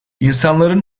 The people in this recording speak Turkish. i̇nsanların